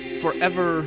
forever